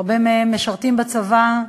הרבה מהם משרתים בצבא,